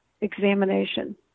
examination